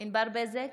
ענבר בזק,